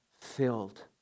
filled